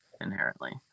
inherently